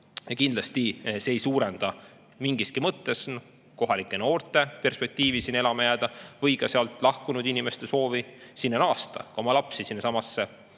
Kindlasti see ei suurenda mingiski mõttes kohalike noorte perspektiivi sinna elama jääda või sealt lahkunud inimeste soovi sinna naasta, oma lapsi sinnasamasse